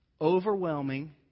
overwhelming